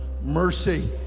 mercy